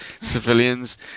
civilians